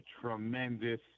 tremendous